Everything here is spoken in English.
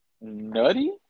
Nutty